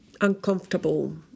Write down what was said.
uncomfortable